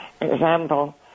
example